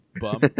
bum